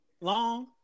long